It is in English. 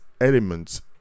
elements